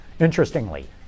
Interestingly